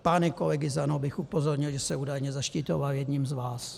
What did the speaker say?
Pány kolegy z ANO bych upozornil, že se údajně zaštiťoval jedním z vás.